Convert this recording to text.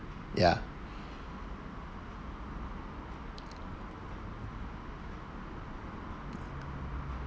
ya